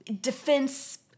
defense